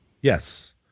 Yes